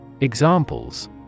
Examples